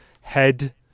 head